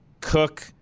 cook